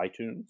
iTunes